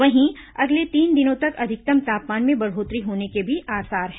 वहीं अगले तीन दिनों तक अधिकतम तापमान में बढ़ोत्तरी होने के भी आसार हैं